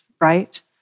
right